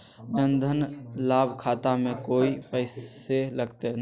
जन धन लाभ खाता में कोइ पैसों लगते?